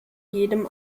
jedem